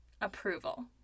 approval